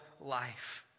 life